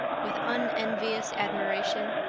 with unenvious admiration.